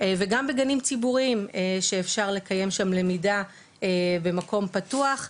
וגם בגנים ציבוריים שאפשר לקיים שם למידה במקום פתוח,